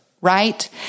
right